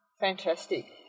fantastic